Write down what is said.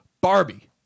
barbie